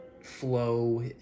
flow